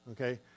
okay